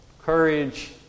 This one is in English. courage